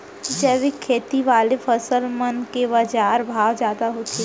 जैविक खेती वाले फसल मन के बाजार भाव जादा होथे